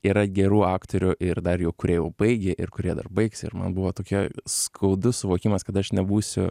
yra gerų aktorių ir dar jau kurie jau baigė ir kurie dar baigs ir man buvo tokia skaudus suvokimas kad aš nebūsiu